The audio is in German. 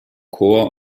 chor